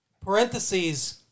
parentheses